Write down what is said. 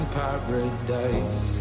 paradise